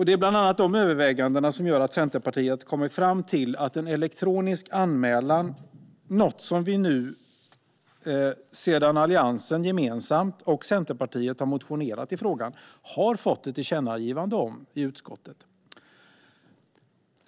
Det är bland annat dessa överväganden som gör att Centerpartiet kommit fram till förslaget om en elektronisk anmälan, något som vi nu, sedan Alliansen gemensamt och Centerpartiet motionerat i frågan, har fått ett tillkännagivande om i utskottet.